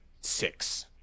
six